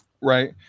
Right